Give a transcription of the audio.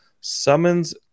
summons